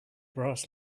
brass